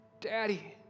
Daddy